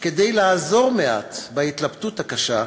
כדי לעזור מעט בהתלבטות הקשה,